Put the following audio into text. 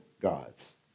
gods